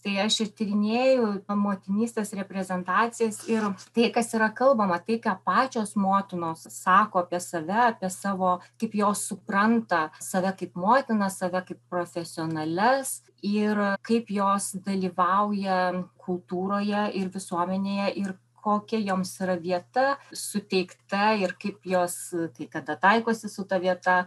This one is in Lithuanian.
tai aš ir tyrinėju tas motinystės reprezentacijas ir tai kas yra kalbama tai ką pačios motinos sako apie save apie savo kaip jos supranta save kaip motina save kaip profesionalias ir kaip jos dalyvauja kultūroje ir visuomenėje ir kokia joms yra vieta suteikta ir kaip jos kai kada taikosi su ta vieta